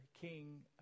King